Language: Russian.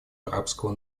арабского